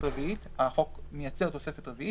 החוק מייצר תוספת רביעית,